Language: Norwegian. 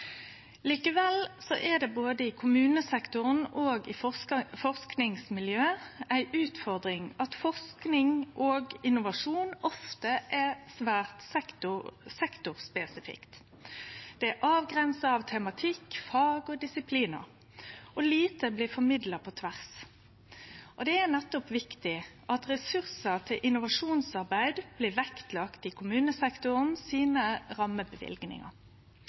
Likevel er det både i kommunesektoren og i forskingsmiljøa ei utfordring at forsking og innovasjon ofte er svært sektorspesifikk. Det er avgrensa av tematikk, fag og disiplinar, og lite blir formidla på tvers. Det er viktig at ressursar til innovasjonsarbeid blir vektlagde i rammeløyvingane til kommunesektoren.